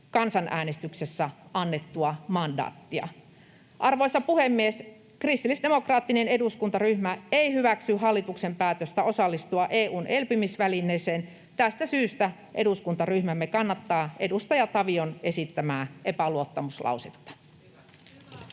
kansanäänestyksessä annettua mandaattia. Kristillisdemokraattinen eduskuntaryhmä ei hyväksy hallituksen päätöstä osallistua EU:n elpymisvälineeseen. Tästä syystä eduskuntaryhmämme kannattaa edustaja Tavion esittämää epäluottamuslausetta.